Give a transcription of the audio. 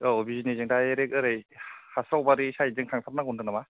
औ बिजिनि जों दाइरेख ओरै हास्राव बारि साइदजों थांथार नांगौ होनदों नामा